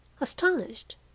Astonished